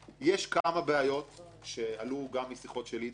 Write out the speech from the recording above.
יש כמה בעיות שעלו משיחות שהתקיימו שלי,